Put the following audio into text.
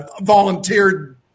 volunteered